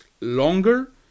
longer